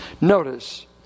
Notice